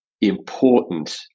important